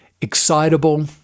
excitable